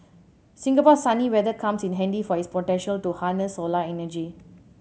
Singapore's sunny weather comes in handy for its potential to harness solar energy